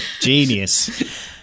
genius